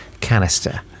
canister